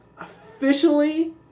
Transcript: officially